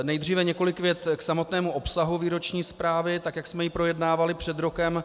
Nejdříve několik vět k samotnému obsahu výroční zprávy, tak jak jsme ji projednávali před rokem.